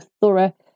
thorough